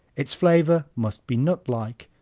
its flavor must be nutlike.